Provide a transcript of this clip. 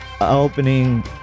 opening